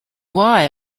why